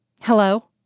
Hello